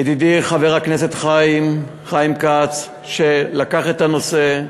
ידידי חבר הכנסת חיים כץ, שלקח את הנושא,